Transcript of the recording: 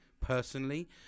personally